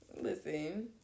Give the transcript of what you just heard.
listen